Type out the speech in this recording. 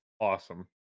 awesome